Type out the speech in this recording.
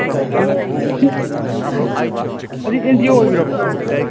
ꯑꯁꯤ N G O ꯑꯣꯏꯕꯤꯔꯕꯣ